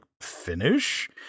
finish